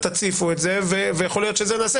תציפו את זה ויכול להיות שאת זה נעשה